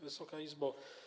Wysoka Izbo!